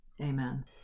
Amen